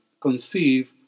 conceive